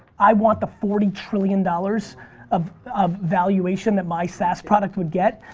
i want the forty trillion dollars of of valuation that my saas product would get,